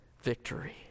victory